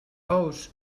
ous